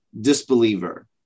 disbeliever